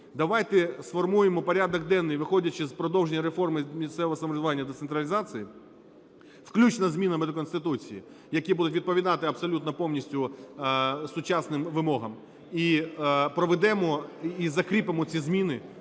давайте сформуємо порядок денний, виходячи з продовження реформи місцевого самоврядування і децентралізації, включно із змінами до Конституції, які будуть відповідати абсолютно повністю сучасним вимогам, і проведемо, і закріпимо ці зміни